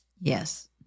Yes